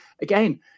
again